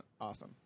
awesome